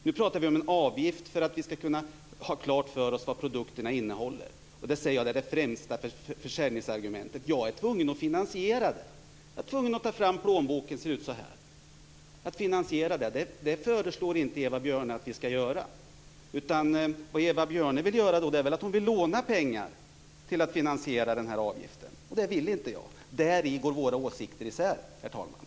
Vi talar nu om en avgift för att göra klart vad produkterna innehåller, och jag ser det som det främsta försäljningsargumentet. Jag är tvungen att ta fram plånboken för att finansiera detta, men Eva Björne föreslår inte att vi skall göra det. Vad Eva Björne vill är väl att låna pengar för att finansiera denna avgift. Det vill inte jag. Därvidlag går våra åsikter isär, herr talman.